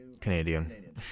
Canadian